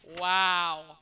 Wow